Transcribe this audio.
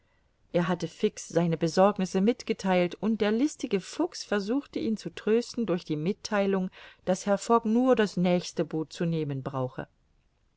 er hatte fix seine besorgnisse mitgetheilt und der listige fuchs versuchte ihn zu trösten durch die mittheilung daß herr fogg nur das nächste boot zu nehmen brauche